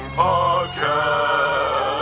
podcast